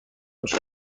میشه